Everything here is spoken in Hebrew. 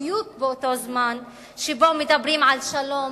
בדיוק באותו זמן שבו מדברים על שלום